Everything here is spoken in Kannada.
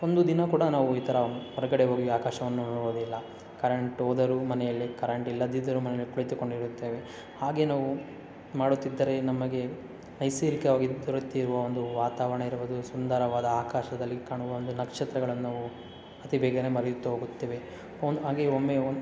ಒಂದು ದಿನ ಕೂಡ ನಾವು ಈ ಥರ ಹೊರಗಡೆ ಹೋಗಿ ಆಕಾಶವನ್ನು ನೋಡುವುದಿಲ್ಲ ಕರೆಂಟ್ ಹೋದರೂ ಮನೆಯಲ್ಲೇ ಕರೆಂಟ್ ಇಲ್ಲದಿದ್ದರೂ ಮನೆಯಲ್ಲೇ ಕುಳಿತುಕೊಂಡಿರುತ್ತೇವೆ ಹಾಗೇ ನಾವು ಮಾಡುತ್ತಿದ್ದರೆ ನಮಗೆ ನೈಸರ್ಗಿಕವಾಗಿ ದೊರೆತಿರುವ ಒಂದು ವಾತಾವರಣ ಇರ್ಬೋದು ಸುಂದರವಾದ ಆಕಾಶದಲ್ಲಿ ಕಾಣುವ ಒಂದು ನಕ್ಷತ್ರಗಳನ್ನು ನಾವು ಅತಿ ಬೇಗನೇ ಮರೆಯುತ್ತ ಹೋಗುತ್ತೇವೆ ಒನ್ ಹಾಗೆ ಒಮ್ಮೆ